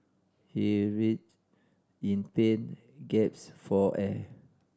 he writhed in pain gaps for air